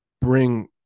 bring